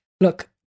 Look